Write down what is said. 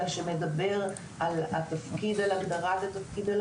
אלא מדבר על הגדרת התפקיד,